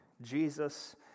Jesus